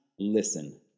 Listen